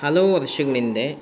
ಹಲವು ವರ್ಷಗಳಿಂದೆ